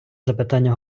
запитання